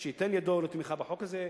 שייתן ידו לתמיכה בחוק הזה.